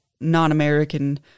non-American